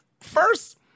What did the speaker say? first